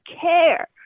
care